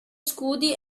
scudi